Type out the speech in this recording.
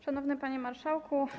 Szanowny Panie Marszałku!